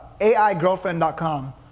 AIgirlfriend.com